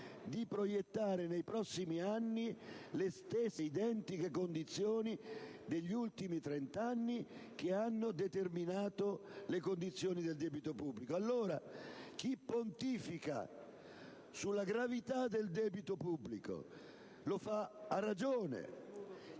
di proiettare nei prossimi anni le stesse identiche condizioni degli ultimi trent'anni che hanno determinato le condizioni del debito pubblico. Allora, chi pontifica sulla gravità del debito pubblico lo fa a ragione,